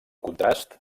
contrast